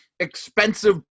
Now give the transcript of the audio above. expensive